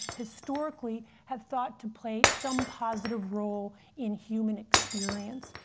historically, have thought to play some positive role in human experience,